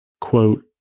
Quote